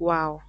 wao.